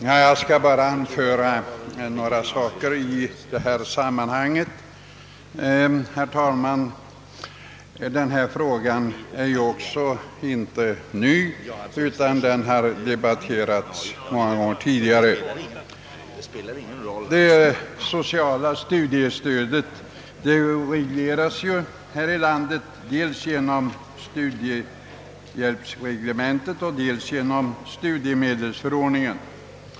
Herr talman! Jag skall helt kortfattat anföra några synpunkter. Denna fråga är ju inte ny — den har debatterats många gånger tidigare. Det studiesociala stödet regleras dels genom studiehjälpsreglementet, dels genom studiemedelsförordningen.